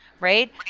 right